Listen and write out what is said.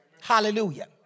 Hallelujah